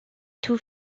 two